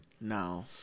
No